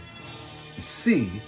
see